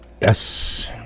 Yes